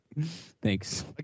Thanks